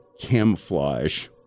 camouflage